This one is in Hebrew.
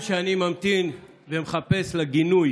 אז חבר הכנסת טיבי, אנא, שב.